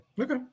Okay